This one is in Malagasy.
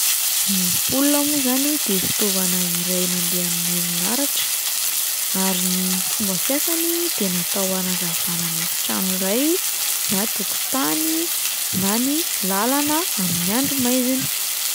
Ny ampola moa izany de fitaovana iray mandeha amin'ny herinaratra, ary ny fomba fiasany de natao hanazavana ny efitrano iray na tokotany na ny làlana amin'ny andro maizina.